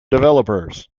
developers